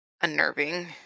unnerving